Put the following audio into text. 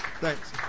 Thanks